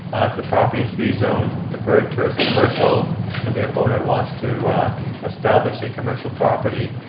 the property is rezoned deferred tourist commercial and the ah owner wants to establish a commercial property,